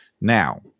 Now